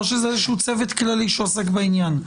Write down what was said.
או שזה איזשהו צוות כללי שעוסק בעניין?